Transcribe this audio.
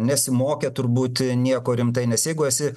nesimokę turbūt nieko rimtai nes jeigu esi